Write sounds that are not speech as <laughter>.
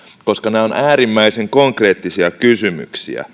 koska nämä ovat äärimmäisen konkreettisia kysymyksiä <unintelligible>